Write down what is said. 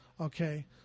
Okay